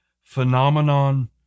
phenomenon